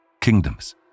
kingdoms